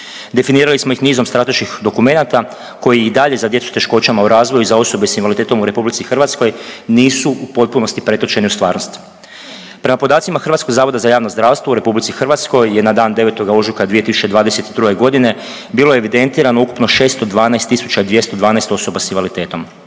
Definirali smo ih nizom strateških dokumenata koji i dalje za djecu s teškoćama u razvoju i za osobe s invaliditetom u RH nisu u potpunosti pretočene u stvarnost. Prema podacima HZJZ-a u RH je na dan 9. ožujka 2022. g. bilo evidentirano ukupno 612 212 osoba s invaliditetom.